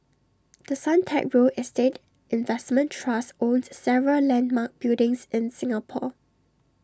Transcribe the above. the Suntec real estate investment trust owns several landmark buildings in Singapore